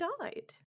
died